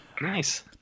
Nice